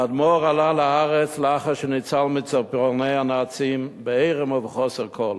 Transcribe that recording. האדמו"ר עלה לארץ לאחר שניצל מציפורני הנאצים בעירום ובחוסר כול,